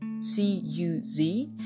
C-U-Z